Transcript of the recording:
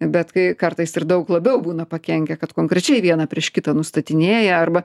bet kai kartais ir daug labiau būna pakenkia kad konkrečiai vieną prieš kitą nustatinėja arba